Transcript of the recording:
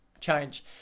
change